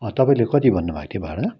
तपाईँले कति भन्नु भएको थियो भाडा